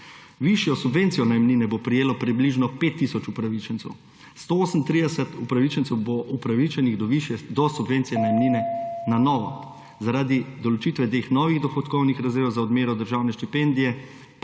Višjo subvencijo najemnine bo prejelo približno 5 tisoč upravičencev. 138 upravičencev bo upravičenih do subvencije najemnine na novo, zaradi določitve teh novih dohodkovnih razredov za odmero državne štipendije